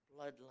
bloodline